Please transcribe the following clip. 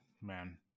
man